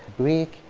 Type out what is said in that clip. greek,